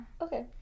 Okay